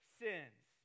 sins